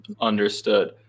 Understood